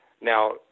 Now